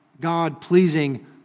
God-pleasing